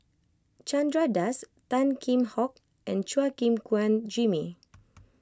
Chandra Das Tan Kheam Hock and Chua Gim Guan Jimmy